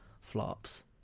flops